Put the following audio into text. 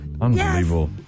Unbelievable